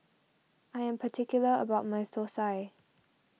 I am particular about my Thosai